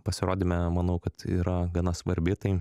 pasirodyme manau kad yra gana svarbi tai